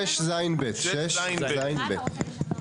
6ז(ב).